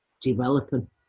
developing